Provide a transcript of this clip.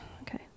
okay